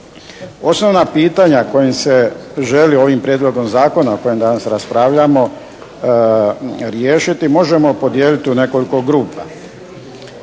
Osnovna pitanja kojim se želi ovim prijedlogom zakona o kojem danas raspravljamo riješiti, možemo podijeliti u nekoliko grupa.